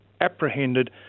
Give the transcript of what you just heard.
apprehended